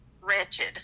wretched